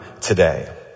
today